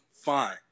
fine